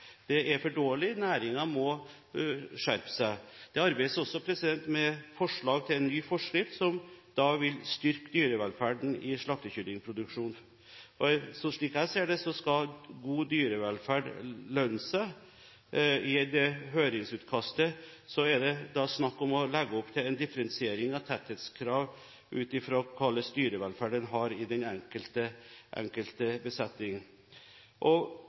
Det er for dårlig, næringen må skjerpe seg. Det arbeides også med forslag til en ny forskrift, som vil styrke dyrevelferden i slaktekyllingproduksjonen. Slik jeg ser det, skal god dyrevelferd lønne seg. I høringsutkastet er det snakk om å legge opp til en differensiering av tetthetskrav ut fra hva slags dyrevelferd en har i den enkelte besetning.